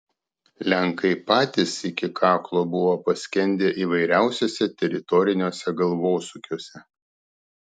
lenkai patys iki kaklo buvo paskendę įvairiausiuose teritoriniuose galvosūkiuose